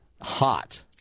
Hot